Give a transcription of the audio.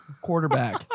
quarterback